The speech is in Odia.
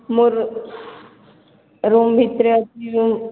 ମୋର ରୁମ୍ ଭିତରେ ଅଛି ଯୋଉ